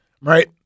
Right